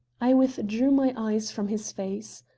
i withdrew my eyes from his face.